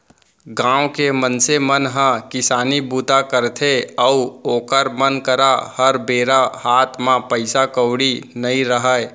गाँव के मनसे मन ह किसानी बूता करथे अउ ओखर मन करा हर बेरा हात म पइसा कउड़ी नइ रहय